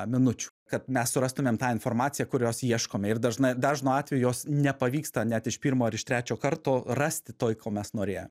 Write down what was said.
minučių kad mes surastume tą informaciją kurios ieškome ir dažnai dažnu atveju jos nepavyksta net iš pirmo ar iš trečio karto rasti toj ko mes norėjom